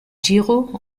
giro